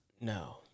No